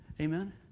Amen